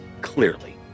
clearly